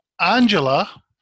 Angela